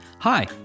Hi